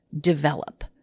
develop